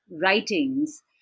writings